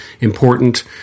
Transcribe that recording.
important